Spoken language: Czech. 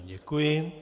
Děkuji.